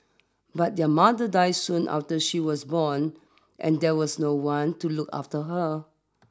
but their mother die soon after she was born and there was no one to look after her